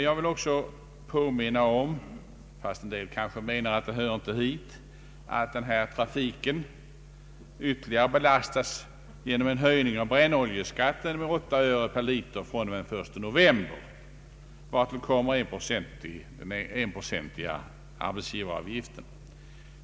Jag vill också påminna om — fast somliga kanske menar att det inte hör hit — att denna trafik ytterligare belastats genom höjning av brännoljeskatten med 8 öre per liter från den 1 november i år, vartill kommer den enprocentiga arbetsgivaravgiften.